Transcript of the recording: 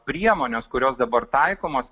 priemonės kurios dabar taikomos